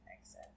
exit